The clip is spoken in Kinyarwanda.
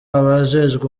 abajejwe